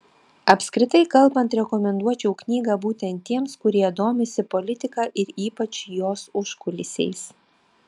apskritai kalbant rekomenduočiau knygą būtent tiems kurie domisi politika ir ypač jos užkulisiais